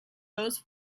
those